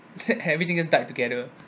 everything just start together